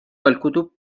الكتب